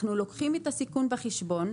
אנחנו לוקחים בחשבון את הסיכון,